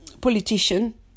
politician